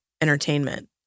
entertainment